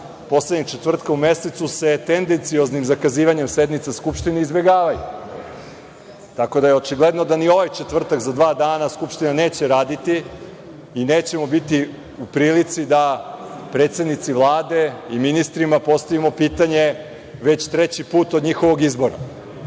poslednjeg četvrtka u mesecu, se tendencioznim zakazivanjem sednica Skupštine izbegavaju. Tako da je očigledno da ni ovaj četvrtak, za dva dana, Skupština neće raditi i nećemo biti u prilici da predsednici Vlade i ministrima postavimo pitanje već treći put od njihovog izbora.